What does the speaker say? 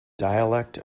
dialect